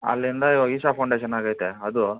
ಅಲ್ಲಿಂದ ಇವಾಗ ಈಶ ಫೌಂಡೇಷನ್ ಆಗೈತೆ ಅದು